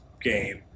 game